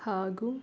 ಹಾಗು